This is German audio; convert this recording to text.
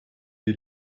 die